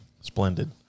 Splendid